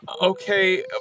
Okay